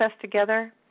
together